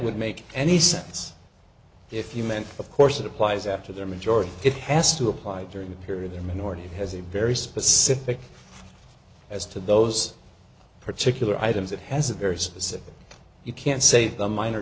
would make any sense if you meant of course it applies after their majority it has to apply during the period a minority has a very specific as to those particular items it has a very specific you can't say the minor